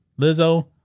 Lizzo